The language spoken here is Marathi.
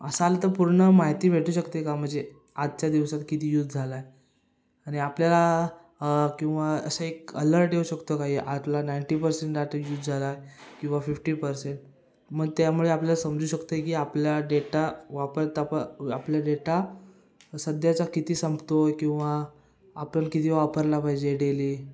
असाल तर पूर्ण माहिती भेटू शकते का म्हणजे आजच्या दिवसात किती यूज झाला आहे आणि आपल्याला किंवा असं एक अलर्ट येऊ शकतो काही आतला नाईंटी पर्सेंट डाटा यूज झाला आहे किंवा फिफ्टी पर्सेंट मन त्यामुळे आपल्याला समजू शकत आहे की आपल्या डेटा वापरताप आपल्या डेटा सध्याचा किती संपतो आहे किंवा आपण किती वापरला पाहिजे डेली